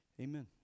Amen